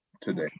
today